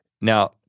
Now